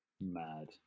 Mad